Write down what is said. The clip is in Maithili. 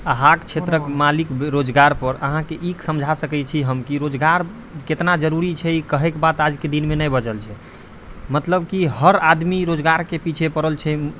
अहाँके क्षेत्रके मालिक बेरोजगारपर अहाँके ई समझा सकै छी हम कि रोजगार केतना जरूरी छै ई कहैके बात आजके दिनमे नहि बचल छै मतलब कि हर आदमी रोजगारके पीछे पड़ल छै